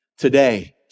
Today